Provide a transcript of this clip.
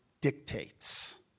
dictates